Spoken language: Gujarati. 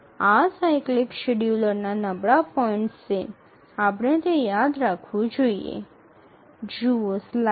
આ સાયક્લિક શેડ્યૂલરના નબળા પોઇન્ટ્સ છે આપણે તે યાદ રાખવું જોઈએ